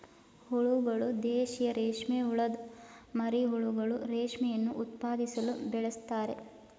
ಹುಳಗಳು ದೇಶೀಯ ರೇಷ್ಮೆಹುಳದ್ ಮರಿಹುಳುಗಳು ರೇಷ್ಮೆಯನ್ನು ಉತ್ಪಾದಿಸಲು ಬೆಳೆಸ್ತಾರೆ